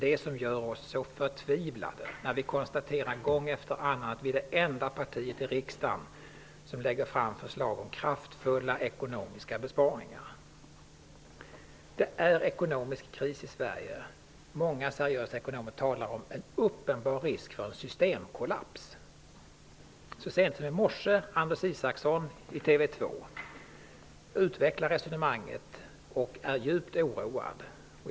Det gör oss förtvivlade när vi gång efter annan konstaterar att vi är det enda parti i riksdagen som lägger fram förslag om kraftfulla ekonomiska besparingar. Det är ekonomisk kris i Sverige. Många seriösa ekonomer talar om en uppenbar risk för en systemkollaps. Så sent som i morse gjorde Anders Isaksson det i TV 2. Han utvecklade resonemanget och var djupt oroad.